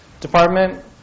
department